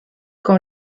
qu’en